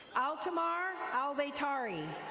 altimar alvatary.